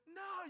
no